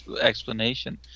explanation